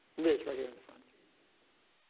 liz, right here in the front. q